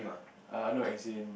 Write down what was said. err no as in